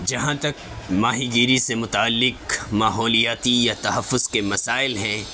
جہاں تک ماہی گیری سے متعلق ماحولیاتی یا تحفظ کے مسائل ہیں